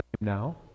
now